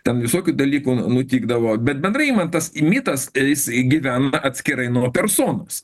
ten visokių dalykų nu nutikdavo bet bendrai imant tas mitas jis gyvena atskirai nuo personos